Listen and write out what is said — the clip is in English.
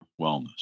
wellness